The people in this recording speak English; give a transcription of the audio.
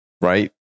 right